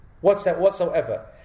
whatsoever